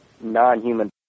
non-human